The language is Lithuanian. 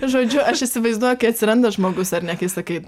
žodžiu aš įsivaizduoju kai atsiranda žmogus ar ne kai sakai